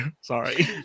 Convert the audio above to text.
Sorry